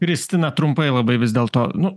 kristina trumpai labai vis dėl to nu